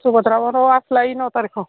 ସୁଭଦ୍ରା ଆସିଲେ ଯାଇ ନଅ ତାରିଖ